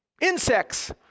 Insects